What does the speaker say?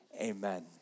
Amen